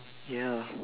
ya